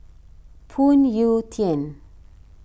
Phoon Yew Tien